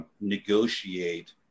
negotiate